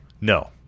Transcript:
No